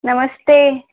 नमस्ते